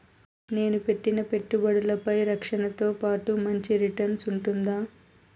నేను పెట్టిన పెట్టుబడులపై రక్షణతో పాటు మంచి రిటర్న్స్ ఉంటుందా?